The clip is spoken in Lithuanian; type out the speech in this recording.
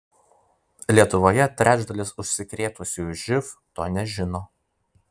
lietuvoje trečdalis užsikrėtusiųjų živ to nežino